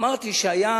אמרתי שהיה